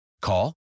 Call